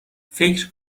فکر